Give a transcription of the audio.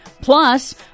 Plus